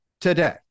today